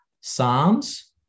Psalms